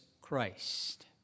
Christ